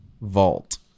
Vault